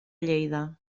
lleida